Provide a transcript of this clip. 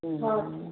हा